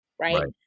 right